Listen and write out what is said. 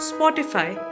Spotify